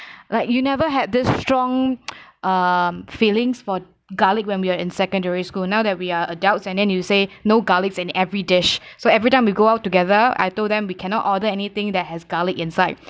like you never had this strong uh feelings for garlic when we are in secondary school now that we are adults and then you say no garlics in every dish so every time we go out together I told them we cannot order anything that has garlic inside